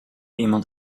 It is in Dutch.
iemand